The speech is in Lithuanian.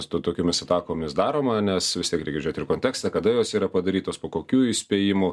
su to tokiomis atakomis daroma nes vis tiek reikia žiūrėti ir kontekstą kada jos yra padarytos po kokių įspėjimų